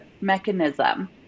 mechanism